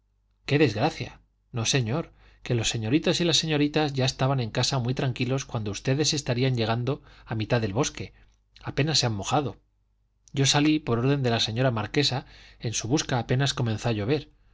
qué desgracia no señor que los señoritos y las señoritas ya estaban en casa muy tranquilos cuando ustedes estarían llegando a mitad del monte apenas se han mojado yo salí por orden de la señora marquesa en su busca apenas comenzó a llover